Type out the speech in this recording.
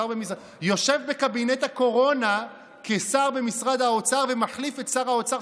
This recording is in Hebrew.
יושב בקבינט הקורונה כשר במשרד האוצר ומחליף את שר האוצר,